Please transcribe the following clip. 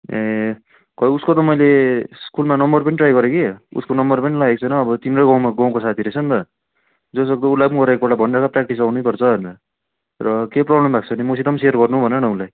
ए खै उसको त मैले स्कुलमा नम्बर पनि ट्राई गरेँ कि उसको नम्बर पनि लागेको छैन अब तिम्रो गाउँमा गाउँको साथी रहेछ नि त जस जसको उसलाई गएर एक पल्ट भनेर प्र्याक्टिस आउनु पर्छ भनेर र केही प्रब्लम भएको छ भने मसित सेयर गर्नु भन न उसलाई